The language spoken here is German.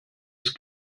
ist